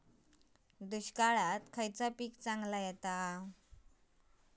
दुष्काळात खयला पीक चांगला येता?